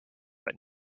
but